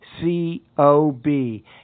C-O-B